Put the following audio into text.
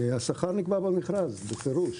השכר נקבע במכרז, בפירוש.